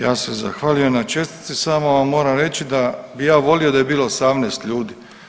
Ja se zahvaljujem na čestitci samo vam moram reći da bih ja volio da je bilo 18 ljudi.